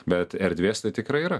bet erdvės tai tikrai yra